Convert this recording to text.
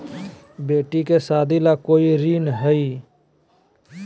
बेटी के सादी ला कोई ऋण हई?